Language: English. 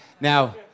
Now